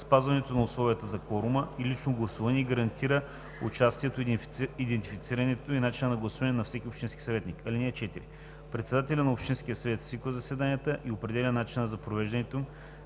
спазването на условията за кворум и лично гласуване и гарантира участието, идентифицирането и начина на гласуване на всеки общински съветник. (4) Председателят на общинския съвет свиква заседанията и определя начина на провеждането